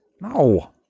No